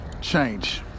change